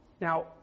Now